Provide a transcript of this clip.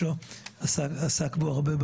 הרבה.